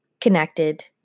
connected